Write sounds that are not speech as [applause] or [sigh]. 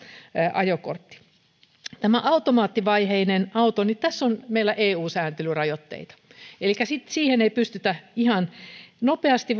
ajokortti automaattivaihteinen auto tässä on meillä eu sääntelyrajoitteita elikkä siihen ei pystytä ihan nopeasti [unintelligible]